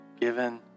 given